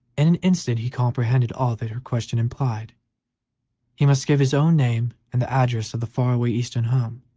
in an instant he comprehended all that her question implied he must give his own name and the address of the far-away eastern home.